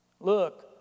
Look